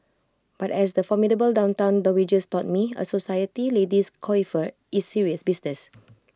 but as the formidable downtown dowagers taught me A society lady's coiffure is serious business